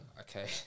okay